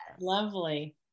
Lovely